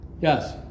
Yes